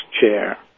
chair